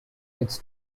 its